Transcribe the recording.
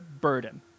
burden